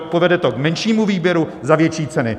Povede to k menšímu výběru za větší ceny.